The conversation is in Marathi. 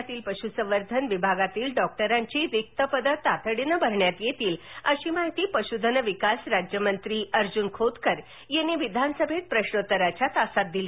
राज्यातील पशुसंवर्धन विभागातील डॉक्टरांची रिक्त पदे तातडीने भरण्यात येतील अशी माहिती पशुधन विकास राज्यमंत्री अर्जून खोतकर यांनी विधानसभेत प्रश्नोत्तराच्या तासामध्ये दिली